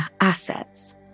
assets